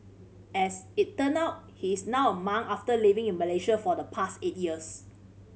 as it turn out he is now a monk after living in Malaysia for the past eight years